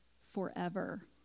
forever